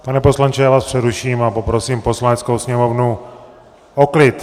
Pane poslanče, já vás přeruším a poprosím Poslaneckou sněmovnu o klid!